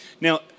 Now